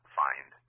find